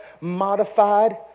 modified